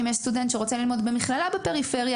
אם יש סטודנט שרוצה ללמוד במכללה בפריפריה,